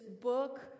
book